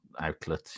outlet